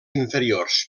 inferiors